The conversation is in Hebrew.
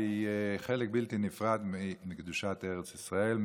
והיא חלק בלתי נפרד מקדושת ארץ ישראל,